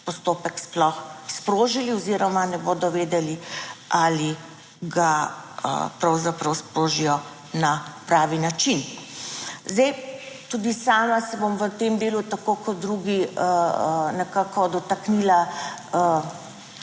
postopek sploh sprožili oziroma ne bodo vedeli, ali ga pravzaprav sprožijo na pravi način. Zdaj, tudi sama se bom v tem delu, tako kot drugi, nekako dotaknila